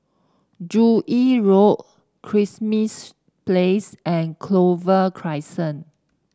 Joo Yee Road Kismis Place and Clover Crescent